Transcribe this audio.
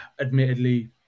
Admittedly